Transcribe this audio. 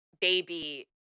baby